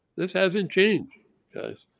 this hasn't changed guys.